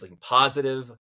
positive